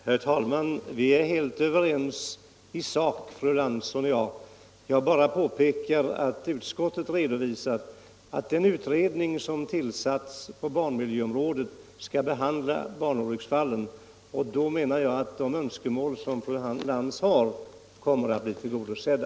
Herr talman! Vi är helt överens i sak fru Lantz och jag. Jag bara påpekar att utskottet redovisar att den utredning som tillsatts på barnmiljöområdet skall behandla barnolycksfallen. Då menar jag att de önskemål som fru Lantz har kommer att bli tillgodosedda.